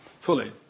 fully